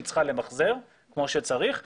היא צריכה למחזר כמו שצריך,